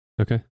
Okay